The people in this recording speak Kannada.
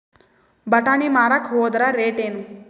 ಬಟಾನಿ ಮಾರಾಕ್ ಹೋದರ ರೇಟೇನು?